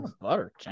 butter